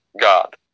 god